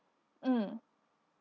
mm